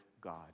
God